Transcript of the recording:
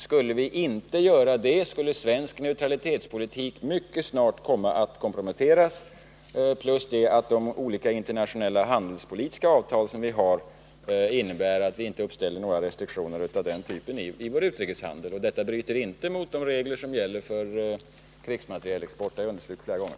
Skulle vi inte göra det skulle svensk neutralitetspolitik mycket snart komma att komprometteras. De olika internationella handelspolitiska avtal vi har innebär också att vi inte uppställer några restriktioner av den typen i vår utrikeshandel. Detta bryter inte mot de regler som gäller för krigsmaterielexport, det har jag understrukit flera gånger.